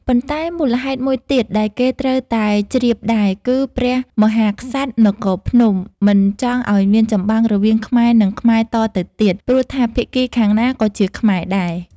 ប៉ុន្តែមូលហេតុមួយទៀតដែលគេត្រូវតែ ជ្រាបដែរ គឺព្រះមហាក្សត្រនគរភ្នំ មិនចង់ឱ្យមានចម្បាំងរវាងខ្មែរនឹងខ្មែរតទៅទៀត ព្រោះថាភាគីខាងណាក៏ជាខ្មែរដែរ។